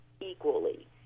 equally